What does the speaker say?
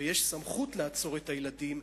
ויש סמכות לעצור ילדים,